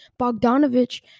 Bogdanovich